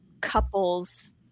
couples